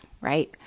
right